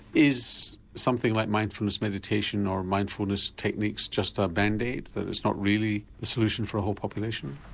is something like mindfulness meditation or mindfulness techniques just a bandaid, that it's not really the solution for a whole population?